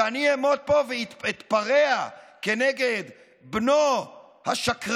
שאני אעמוד פה ואתפרע כנגד בנו השקרן